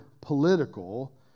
political